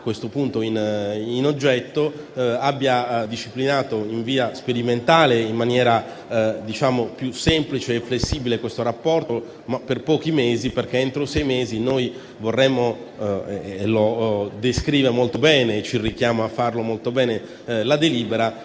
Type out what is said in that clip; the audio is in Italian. - questo punto come oggetto, abbia disciplinato in via sperimentale, in maniera più semplice e flessibile, questo rapporto, per pochi mesi; perché entro sei mesi noi vorremmo - come descrive molto bene e come ci richiama a fare la delibera